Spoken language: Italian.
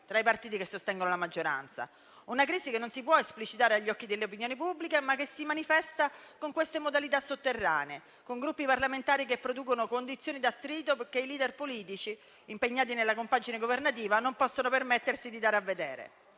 tra i partiti che sostengono la maggioranza: una crisi che non si può esplicitare agli occhi dell'opinione pubblica, ma che si manifesta con queste modalità sotterranee, con Gruppi parlamentari che producono condizioni di attrito perché i *leader* politici impegnati nella compagine governativa non possono permettersi di darlo a vedere.